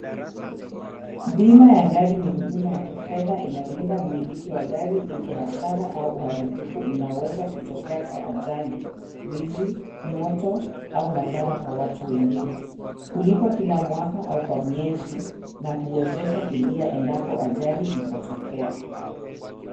Bima ya gari ni huduma ya kifedha inayolinda mmiliki wa gari dhidi ya hasara au uharibifu unaoweza kutokea kwa ajali, wizi, moto au madhara kwa watu wengine. Hulipwa kila mwaka au kwa miezi na huwezesha fidia endapo ajali itatokea.